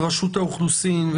לרשות האוכלוסין,